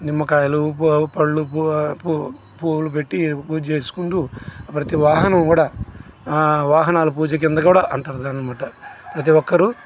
నిమ్మకాయలు భోగి పళ్ళు భోగి పూ పూలు పెట్టి పూజ చేసుకుంటూ ప్రతివాహనము కూడా వాహనాల పూజ కింద అని కూడా అంటారన్న మాట ప్రతి ఒక్కరూ